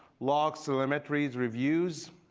logs telemetries, reviews.